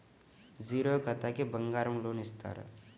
Zero ఖాతాకి బంగారం loan ఇస్తారా?